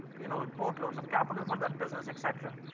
you know, ah boatloads of capital for that business, etc.